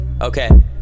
Okay